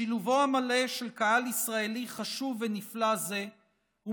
שילובו המלא של קהל ישראלי חשוב ונפלא זה הוא